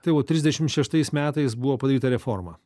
tai jau trisdešimt šeštais metais buvo padaryta reforma